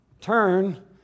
turn